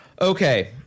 okay